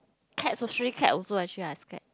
cats a stray cat also actually I scared